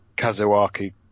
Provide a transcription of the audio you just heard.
Kazuaki